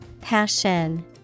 Passion